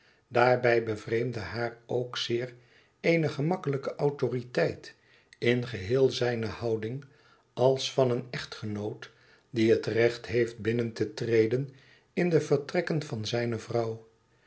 daarbij bevreemdde haar ook zeer eene gemakkelijk id ee autoriteit in geheel zijne houding als van een echtgenoot die het recht heeft binnen te treden in de vertrekken van zijne vrouw